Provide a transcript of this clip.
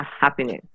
happiness